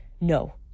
no